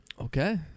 Okay